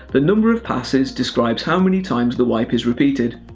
the number of passes describes how many times the wipe is repeated,